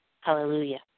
Hallelujah